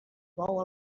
bou